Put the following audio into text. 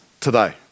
today